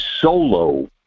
solo